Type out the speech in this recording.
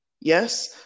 Yes